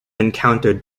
encountered